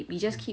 mm